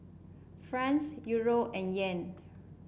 France Euro and Yen